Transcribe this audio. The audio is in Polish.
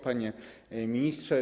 Panie Ministrze!